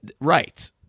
Right